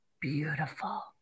beautiful